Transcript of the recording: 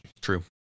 true